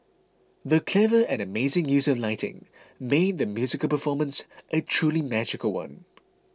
the clever and amazing use of lighting made the musical performance a truly magical one